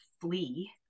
flee